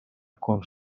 con